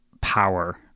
power